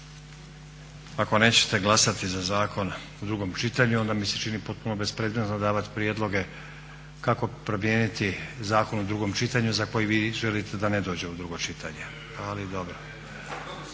Ako nećete glasati za zakon u drugom čitanju onda mi se čini potpuno bespredmetno davati prijedloge kako promijeniti zakon u drugom čitanju za koji vi želite da ne dođe u drugo čitanje, ali dobro.